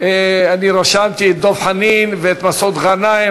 אני רשמתי את דב חנין ואת מסעוד גנאים.